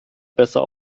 besser